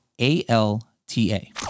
A-L-T-A